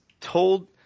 told